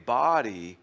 body